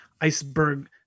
iceberg